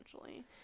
essentially